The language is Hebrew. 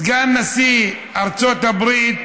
סגן נשיא ארצות הברית